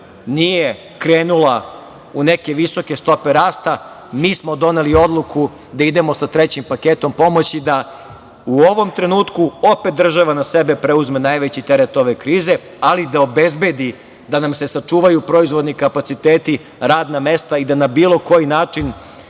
nije krenula u neke visoke stope rasta, mi smo doneli odluku da idemo sa trećim paketom pomoći, da u ovom trenutku opet država na sebe preuzme najveći teret ove krize, ali i da obezbedi da nam se sačuvaju proizvodni kapaciteti, radna mesta i da na bilo koji način